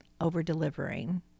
over-delivering